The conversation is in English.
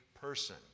person